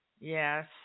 Yes